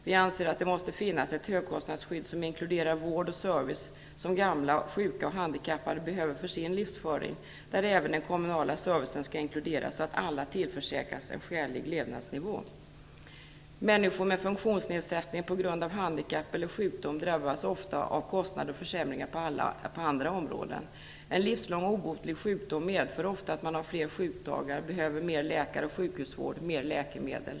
Vi anser att det måste finnas ett högkostnadsskydd som inkluderar vård och service som gamla, sjuka och handikappade behöver för sin livsföring, där även den kommunala servicen skall inkluderas, så att alla tillförsäkras en skälig levnadsnivå. Människor med funktionsnedsättning på grund av handikapp eller sjukdom drabbas ofta av kostnader och försämringar på andra områden. En livslång obotlig sjukdom medför ofta att man har fler sjukdagar, behöver mer läkar och sjukhusvård, mer läkemedel.